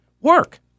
work